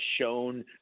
shown